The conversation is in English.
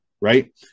right